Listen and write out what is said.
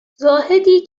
زاهدی